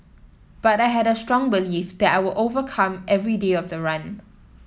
but I had a strong belief that I will overcome every day of the run